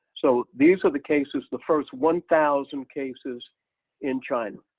so these are the cases the first one thousand cases in china.